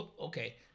Okay